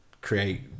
create